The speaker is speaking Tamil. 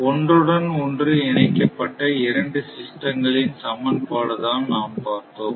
ஒன்றுடன் ஒன்று இணைக்கப்பட்ட இரண்டு சிஸ்டங்களின் சமன்பாடு தான் நாம் பார்த்தோம்